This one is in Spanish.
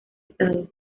estado